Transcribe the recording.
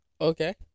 Okay